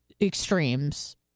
extremes